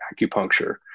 acupuncture